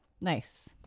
Nice